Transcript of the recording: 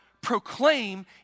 proclaim